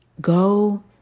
go